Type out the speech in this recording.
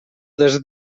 des